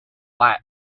white